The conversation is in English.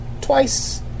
twice